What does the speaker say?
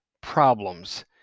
problems